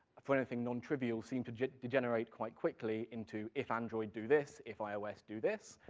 for anything non-trivial, seemed to degenerate quite quickly into, if android, do this, if ios, do this,